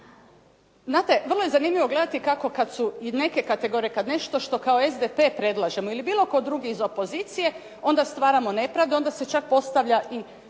Znate, vrlo je zanimljivo gledati kako, kad su i neke kategorije, kad nešto što kao SDP predlažemo ili bilo tko drugi iz opozicije onda stvaramo nepravdu, onda se čak postavlja i